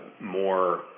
more